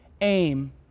aim